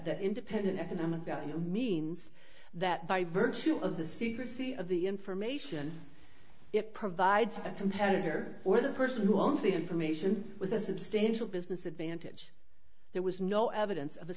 that independent economic value means that by virtue of the secrecy of the information it provides a competitor or the person who owns the information was a substantial business advantage there was no evidence of a